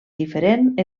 diferent